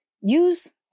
use